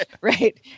Right